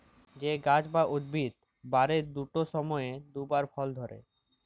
যে গাহাচ বা উদ্ভিদ বারের দুট সময়ে দুবার ফল ধ্যরে